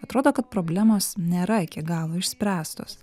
atrodo kad problemos nėra iki galo išspręstos